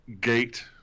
gate